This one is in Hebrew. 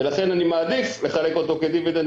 ולכן אני מעדיף לחלק אותו כדיבידנד,